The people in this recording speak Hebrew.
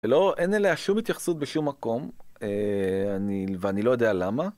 אין אליה שום התייחסות בשום מקום, ואני לא יודע למה.